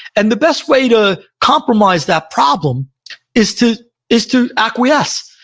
and the best way to compromise that problem is to is to acquiesce.